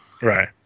Right